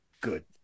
Good